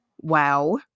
wow